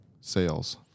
sales